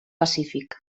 pacífic